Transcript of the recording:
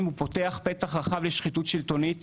ויש לחברי הכנסת ניגוד עניינים מובנה,